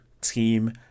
team